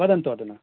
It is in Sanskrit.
वदन्तु अधुना